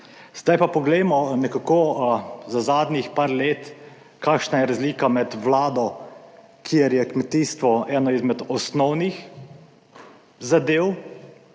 Zdaj pa poglejmo nekako za zadnjih par let, kakšna je razlika med vlado, kjer je kmetijstvo ena izmed osnovnih zadev,